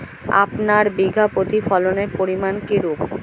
আপনার বিঘা প্রতি ফলনের পরিমান কীরূপ?